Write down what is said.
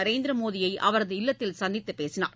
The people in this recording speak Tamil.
நரேந்திர மோடியை அவரது இல்லத்தில் சந்தித்துப் பேசினார்